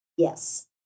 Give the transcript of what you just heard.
yes